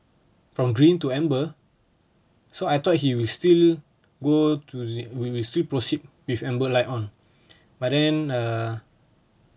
from green to amber so I thought he will still go to we will still proceed with amber light on but then err